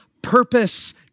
purpose